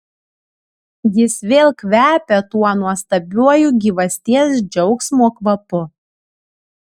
jis vėl kvepia tuo nuostabiuoju gyvasties džiaugsmo kvapu